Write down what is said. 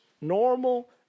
normal